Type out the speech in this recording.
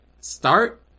start